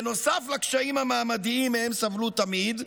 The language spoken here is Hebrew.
נוסף לקשיים המעמדיים שמהם סבלו תמיד,